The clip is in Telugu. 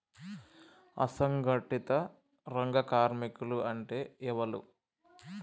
అసంఘటిత రంగ కార్మికులు అంటే ఎవలూ?